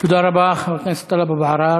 תודה רבה, חבר הכנסת טלב אבו עראר.